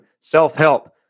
self-help